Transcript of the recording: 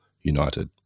united